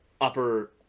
upper